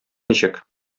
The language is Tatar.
ничек